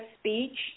speech